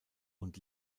und